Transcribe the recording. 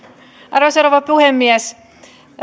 arvoisa rouva puhemies